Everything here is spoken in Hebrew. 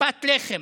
פת לחם.